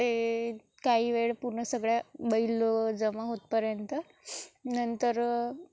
ते काही वेळ पुन्हा सगळ्या बैल लो जमा होईपर्यंत नंतर